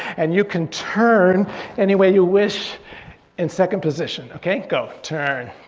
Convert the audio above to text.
and you can turn anyway you wish in second position okay, go turn.